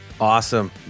Awesome